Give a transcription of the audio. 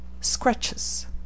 Scratches